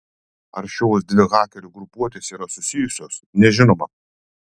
ar šios dvi hakerių grupuotės yra susijusios nežinoma